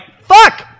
Fuck